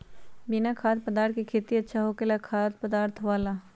बिना खाद्य पदार्थ के खेती अच्छा होखेला या खाद्य पदार्थ वाला?